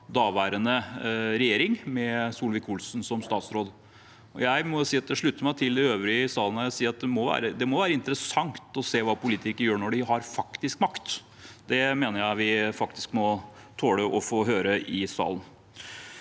daværende regjering, med Solvik-Olsen som statsråd. Jeg må si at jeg slutter meg til de øvrige i salen når jeg sier at det må være inter essant å se hva politikere gjør når de har makt. Det mener jeg vi faktisk må tåle å få høre i salen.